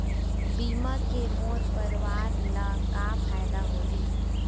बीमा के मोर परवार ला का फायदा होही?